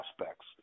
aspects